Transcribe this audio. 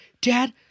Dad